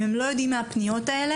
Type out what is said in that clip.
אם הם לא יודעים על הפניות האלה,